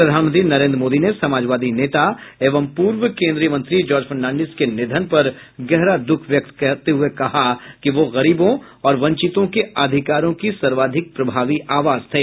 प्रधानमंत्री नरेन्द्र मोदी ने समाजवादी नेता एवं पूर्व केन्द्रीय मंत्री जॉर्ज फर्नांडिस के निधन पर गहरा दुख व्यक्त करते हुए कहा कि वह गरीबों और वंचितों के अधिकारों की सर्वाधिक प्रभावी आवाज थे